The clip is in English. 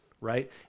right